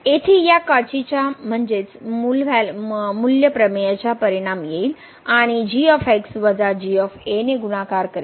येथे या काचीच्या म्हणजेच मूल्य प्रमेयाचा परिणामयेईल आणि ने गुणाकार करेल